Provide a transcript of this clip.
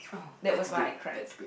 that was why I cried